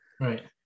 Right